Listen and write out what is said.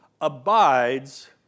abides